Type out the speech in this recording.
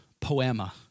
poema